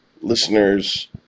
listeners